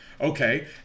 Okay